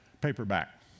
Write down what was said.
paperback